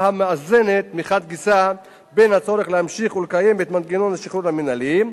המאזנת מחד גיסא בין הצורך להמשיך ולקיים את מנגנון השחרור המינהלי,